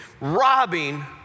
robbing